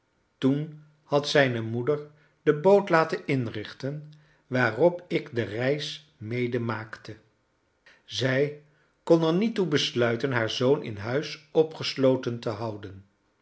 toen had zijne moeder de boot laten inrichten waarop ik de reis medemaakte zij kon er niet toe besluiten haar zoon in huis opgesloten te houden